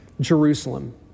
Jerusalem